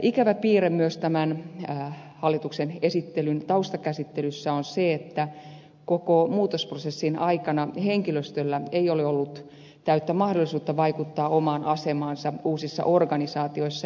ikävä piirre tämän hallituksen esityksen taustakäsittelyssä on myös se että koko muutosprosessin aikana henkilöstöllä ei ole ollut täyttä mahdollisuutta vaikuttaa omaan asemaansa uusissa organisaatioissa